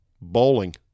Bowling